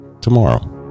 tomorrow